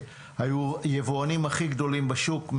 מהיבואנים הגדולים בשוק,